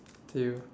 thank you